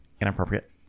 inappropriate